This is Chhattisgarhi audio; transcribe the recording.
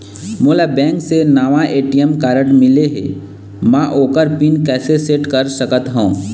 मोला बैंक से नावा ए.टी.एम कारड मिले हे, म ओकर पिन कैसे सेट कर सकत हव?